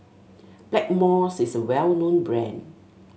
Blackmores is well known brand